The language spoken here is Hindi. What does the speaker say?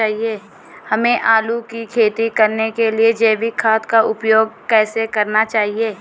हमें आलू की खेती करने के लिए जैविक खाद का उपयोग कैसे करना चाहिए?